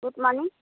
good morning